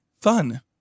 Fun